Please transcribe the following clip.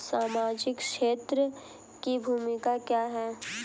सामाजिक क्षेत्र की भूमिका क्या है?